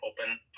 open